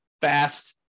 fast